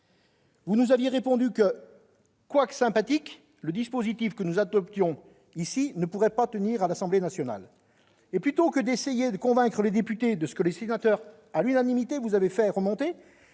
Vous nous aviez répondu que, bien qu'il soit sympathique, le dispositif que nous adoptions ne pourrait pas tenir à l'Assemblée nationale. Et plutôt que d'essayer de convaincre les députés de ce que les sénateurs vous avaient fait remonter